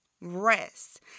Rest